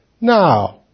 Now